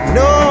no